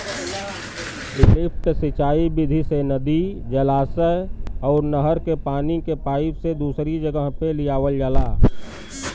lift सिंचाई विधि से नदी, जलाशय अउर नहर के पानी के पाईप से दूसरी जगह पे लियावल जाला